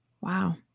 Wow